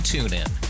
TuneIn